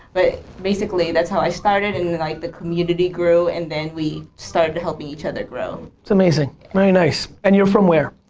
but basically, that's how i started and then and like the community grew and then we started helping each other grow. that's amazing. very nice. and you're from where?